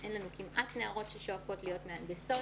אין לנו כמעט נערות ששואפות להיות מהנדסות